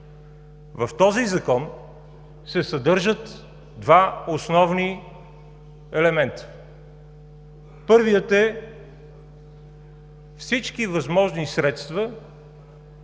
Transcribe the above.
В този Закон се съдържат два основни елемента. Първият е: всички възможни средства,